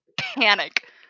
panic